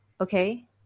Okay